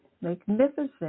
magnificent